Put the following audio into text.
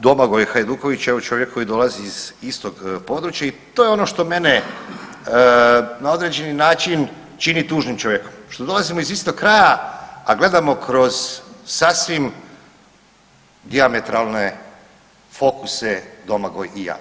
Domagoj Hajduković evo čovjek koji dolazi iz istog područja i to je ono što mene na određeni način čini tužnim čovjekom što dolazimo iz istog kraja, a gledamo kroz sasvim dijametralne fokuse Domagoj i ja.